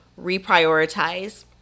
reprioritize